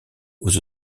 aux